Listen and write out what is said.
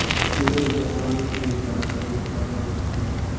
सूरज भगवान के जाके अरग दियाता